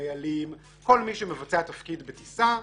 דיילים כל מי שמבצע תפקיד בטיסה,